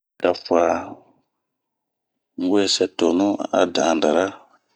Un we sɛɛ tonu a dan darra.